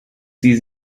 sie